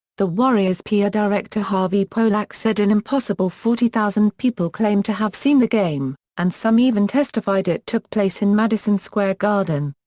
the warriors' pr director harvey pollack said an impossible forty thousand people claimed to have seen the game, and some even testified it took place in madison square garden.